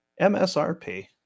MSRP